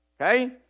Okay